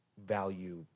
Value